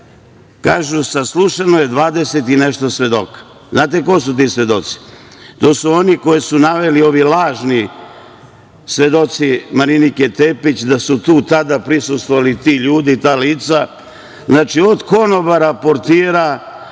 Kažu – saslušano je 20 i nešto svedoka. Znate ko su ti svedoci? To su oni koje su naveli ovi lažni svedoci Marinike Tepić da su tu, tada prisustvovali ti ljudi, ta lica, znači od konobara, portira,